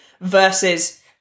versus